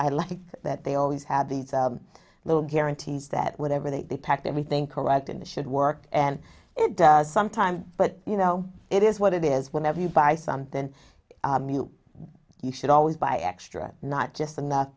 like that they always have the little guarantees that whatever they packed everything correct in a should work and it does sometimes but you know it is what it is whenever you buy something new you should always buy extra not just enough